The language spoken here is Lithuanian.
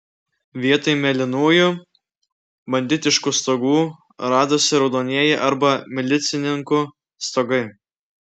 vietoj mėlynųjų banditiškų stogų radosi raudonieji arba milicininkų stogai